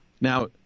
Now